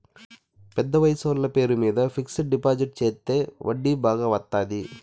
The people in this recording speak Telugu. పెద్ద వయసోళ్ల పేరు మీద ఫిక్సడ్ డిపాజిట్ చెత్తే వడ్డీ బాగా వత్తాది